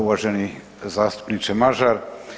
Uvaženi zastupniče Mažar.